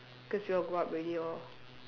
cause we all grow up already lor